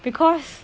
because